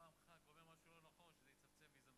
שכל פעם ח"כ אומר משהו לא נכון אז זה יצפצף ויהבהב.